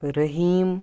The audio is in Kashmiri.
رحیٖم